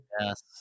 Yes